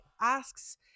asks